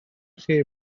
chi